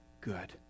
good